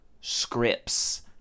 scripts